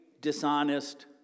dishonest